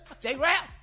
J-Rap